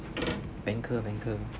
banker banker